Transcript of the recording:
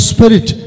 Spirit